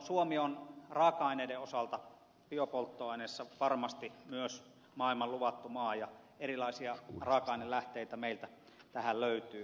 suomi on raaka aineiden osalta biopolttoaineissa varmasti myös maailman luvattu maa ja erilaisia raaka ainelähteitä meiltä tähän löytyy